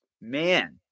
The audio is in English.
Man